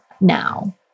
now